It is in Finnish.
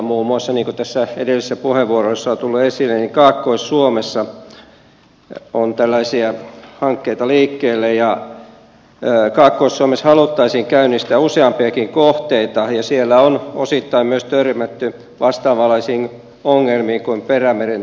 muun muassa niin kuin edellisissä puheenvuoroissa on tullut esille kaakkois suomessa on tällaisia hankkeita liikkeellä ja kaakkois suomessa haluttaisiin käynnistää useampiakin kohteita ja siellä on osittain myös törmätty vastaavanlaisiin ongelmiin kuin perämeren alueella